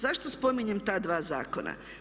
Zašto spominjem ta dva zakona?